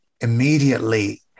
immediately